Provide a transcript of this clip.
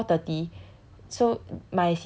so after four thirty